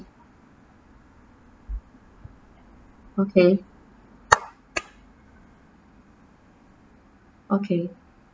okay okay